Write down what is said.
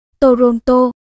Toronto